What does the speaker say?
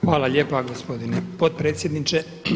Hvala lijepa, gospodine potpredsjedniče.